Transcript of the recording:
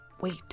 Wait